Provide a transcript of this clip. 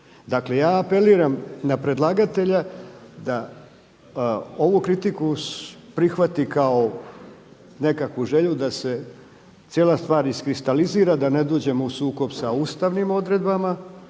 Dakle ja apeliram na predlagatelja da ovu kritiku prihvati kao nekakvu želju da se cijela stvar iskristalizira, da ne dođemo u sukob sa ustavnim odredbama,